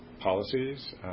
policies